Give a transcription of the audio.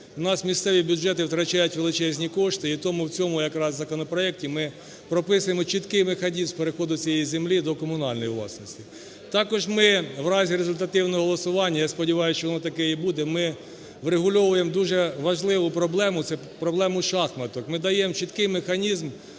У нас місцеві бюджети втрачають величезні кошти і тому в цьому якраз законопроекті ми прописуємо чіткий механізм переходи цієї землі до комунальної власності. Також ми в разі результативного голосування, я сподіваюся, що воно таке і буде, ми врегульовуємо дуже важливу проблему, це - проблема шахматок. Ми даємо чіткий механізм